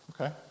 Okay